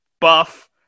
buff